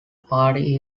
party